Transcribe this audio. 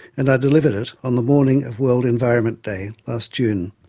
and i delivered it on the morning of world environment day, last june.